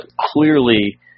clearly